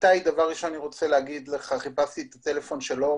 איתי, חיפשתי את הטלפון שלך,